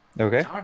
Okay